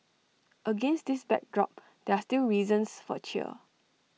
against this backdrop there are still reasons for cheer